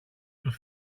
του